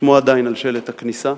שמו עדיין על שלט הכניסה.